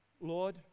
Lord